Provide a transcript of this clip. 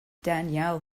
danielle